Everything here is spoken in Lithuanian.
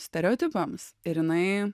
stereotipams ir jinai